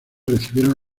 recibieron